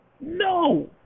No